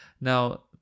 Now